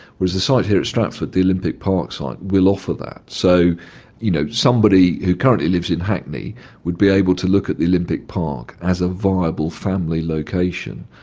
whereas the site here at stratford, the olympic park site, will offer that, so you know somebody who currently lives in hackney would be able to look at the olympic park as a viable family location,